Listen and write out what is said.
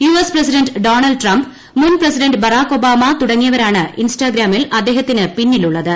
U S president Donald Trump മുൻ president Barack Obama തുടങ്ങിയവരാണ് ഇൻസ്റ്റഗ്രാമിൽ അദ്ദേഹത്തിന് പിന്നിലുള്ളത്